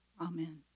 amen